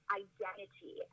identity